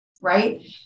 Right